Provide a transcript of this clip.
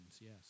yes